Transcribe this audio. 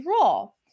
role